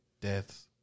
deaths